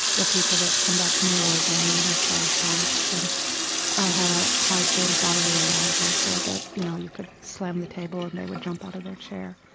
the people that come back from a war zone and have flashbacks and have a high state of bodily arousal so that, you know, you could slam the table and they would jump out of their chair.